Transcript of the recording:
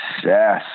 Success